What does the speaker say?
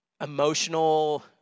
emotional